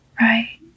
right